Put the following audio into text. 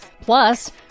Plus